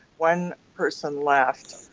one person left.